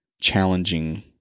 challenging